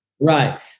Right